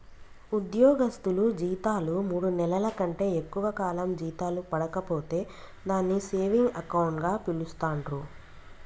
ఉద్యోగస్తులు జీతాలు మూడు నెలల కంటే ఎక్కువ కాలం జీతాలు పడక పోతే దాన్ని సేవింగ్ అకౌంట్ గా పిలుస్తాండ్రు